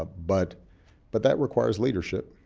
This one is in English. ah but but that requires leadership.